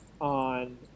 on